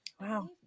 wow